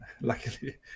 luckily